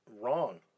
wrong